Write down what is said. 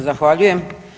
Zahvaljujem.